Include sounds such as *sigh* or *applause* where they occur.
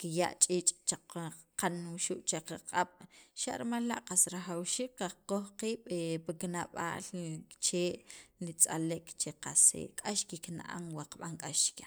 kiya' ch'iich' che qaqan wuxu' che qaq'ab' xa' rimal la' qas rajawxiik qakoj qiib' *hesitation* pil qana'b'aal li chee' li tz'alek che qas k'ax kikna'an wa qab'an k'ax chikyan. *noise*